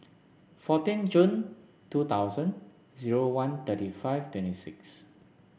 fourteen Jun two thousand zero one thirty five twenty six